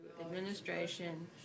Administration